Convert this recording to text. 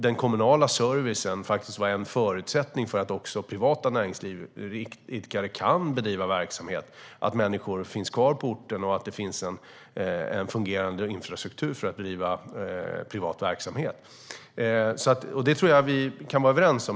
Den kommunala servicen kan faktiskt vara en förutsättning för privata näringsidkare att bedriva verksamhet, att människor finns kvar på orten och att det finns en fungerande infrastruktur för att bedriva privat verksamhet. Det tror jag att vi kan vara överens om.